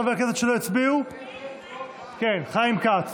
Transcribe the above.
(קורא בשמות חברי הכנסת) חיים כץ,